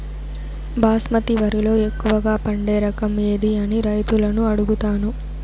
బాస్మతి వరిలో ఎక్కువగా పండే రకం ఏది అని రైతులను అడుగుతాను?